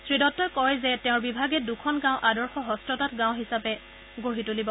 শ্ৰী দত্তই কয় যে তেওঁৰ বিভাগে দুখন গাঁও আদৰ্শ হস্ততাঁত গাঁও হিচাপে গঢ়ি তুলিব